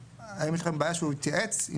כאמור...״ האם יש לכם בעיה שהוא יתייעץ עם